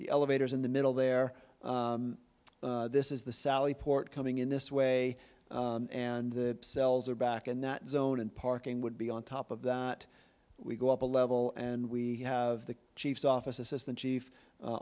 the elevators in the middle there this is the sally port coming in this way and the cells are back in that zone and parking would be on top of that we go up a level and we have the chief's office assistant chief